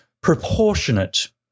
proportionate